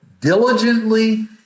diligently